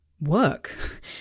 work